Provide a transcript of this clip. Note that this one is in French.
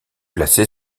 placé